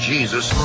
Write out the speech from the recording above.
Jesus